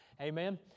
Amen